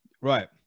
Right